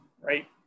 right